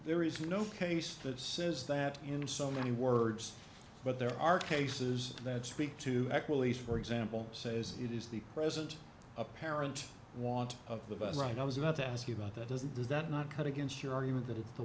there is no case that says that in so many words but there are cases that speak to equities for example says it is the present apparent want of the bus ride i was about to ask you about that doesn't does that not cut against your argument that i